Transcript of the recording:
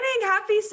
Happy